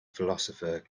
philosopher